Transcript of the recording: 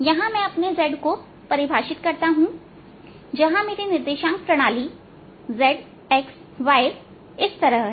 यहां मैं अपने z को परिभाषित करता हूंजहां मेरी निर्देशांक प्रणाली zxy इस तरह है